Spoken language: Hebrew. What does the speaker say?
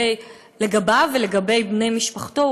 לגביו ולגבי בני משפחתו,